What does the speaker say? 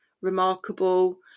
remarkable